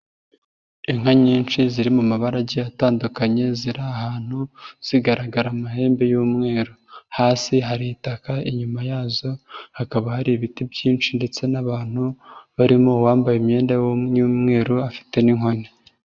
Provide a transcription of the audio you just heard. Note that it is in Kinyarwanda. Inka nyinshi ziri mu mabara agiye atandukanye, ziri ahantu, zigaragara amahembe y'umweru. Hasi hari itaka, inyuma yazo hakaba hari ibiti byinshi ndetse n'abantu barimo uwambaye imyenda y'umweru afite n'inkoni.